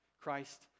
Christ